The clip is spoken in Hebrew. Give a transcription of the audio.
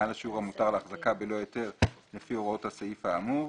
מעל לשיעור המותר להחזקה בלא היתר לפי הוראות הסעיף האמור.